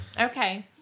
Okay